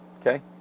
okay